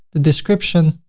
the description,